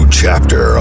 chapter